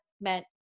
Meant